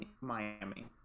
miami